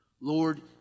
Lord